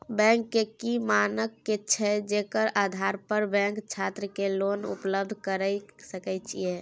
Bank के की मानक छै जेकर आधार पर बैंक छात्र के लोन उपलब्ध करय सके ये?